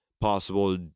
possible